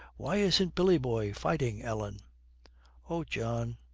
why isn't billy boy fighting, ellen oh, john